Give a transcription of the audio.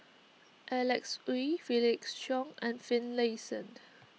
Alanx Oei Felix Cheong and Finlayson